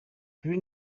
during